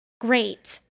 great